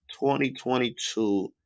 2022